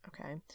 Okay